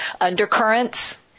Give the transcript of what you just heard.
undercurrents